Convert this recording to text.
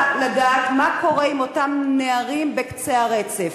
אני רוצה לדעת מה קורה עם אותם נערים בקצה הרצף,